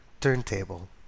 turntable